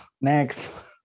next